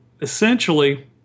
essentially